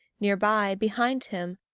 near by, behind him,